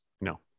No